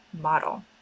model